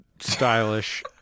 stylish